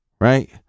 right